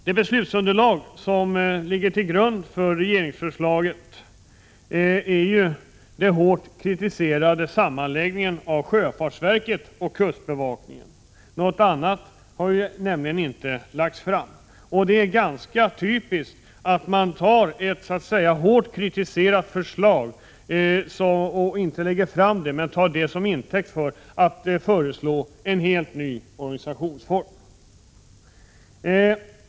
Det beslutsunderlag som ligger till grund för regeringsförslaget är ju den hårt kritiserade sammanläggningen av sjöfartsverket och kustbevakningen. Något annat har nämligen inte lagts fram. Det är ganska typiskt att man tar ett hårt kritiserat förslag som intäkt för att föreslå en ny organisationsform.